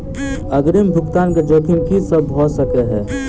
अग्रिम भुगतान केँ जोखिम की सब भऽ सकै हय?